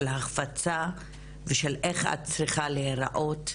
של החפצה ושל איך את צריכה להיראות,